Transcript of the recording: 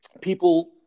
people